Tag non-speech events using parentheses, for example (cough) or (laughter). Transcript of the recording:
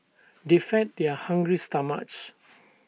they fed their hungry stomachs (noise)